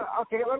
okay